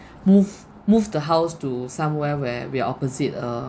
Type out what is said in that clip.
move move the house to somewhere where we're opposite a